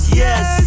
yes